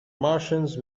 martians